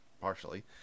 partially